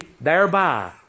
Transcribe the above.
thereby